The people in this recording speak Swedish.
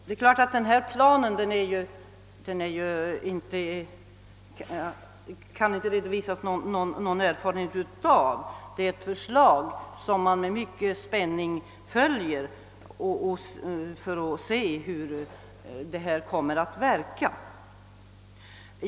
Den plan som gjorts upp har man ju inga erfarenheter av, som kan redovisas. Det är ett förslag vars genomförande vi kommer att följa med stor spänning för att se hurudana verkningarna kommer att bli.